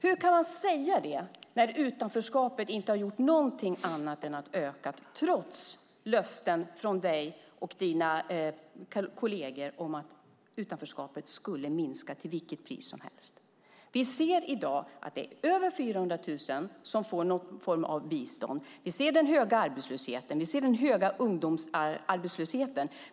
Hur kan man säga det när utanförskapet inte har gjort någonting annat än att öka, trots löften från dig och dina kolleger om att utanförskapet skulle minska till vilket pris som helst. Vi ser i dag att det är över 400 000 personer som får någon form av bistånd. Vi ser den höga arbetslösheten. Vi ser den höga ungdomsarbetslösheten.